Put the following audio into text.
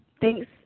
Thanks